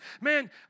Man